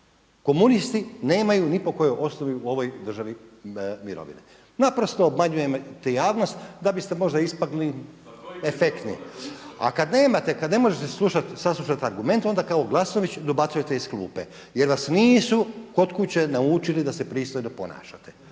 Komunisti nemaju ni po kojoj osnovi u ovoj državi mirovine. Naprosto obmanjujete javnost da biste možda ispali efektni. A kada nemate, kada ne možete saslušati argumente onda kao Glasnović dobacujete iz klupe jer vas nisu kod kuće naučili da se pristojno ponašate.